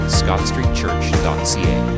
scottstreetchurch.ca